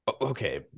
okay